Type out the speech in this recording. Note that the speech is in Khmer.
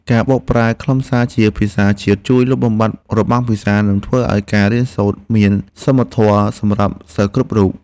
ការបកប្រែខ្លឹមសារជាភាសាជាតិជួយលុបបំបាត់របាំងភាសា និងធ្វើឱ្យការរៀនសូត្រមានសមធម៌សម្រាប់សិស្សគ្រប់រូប។